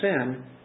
sin